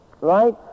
right